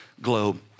globe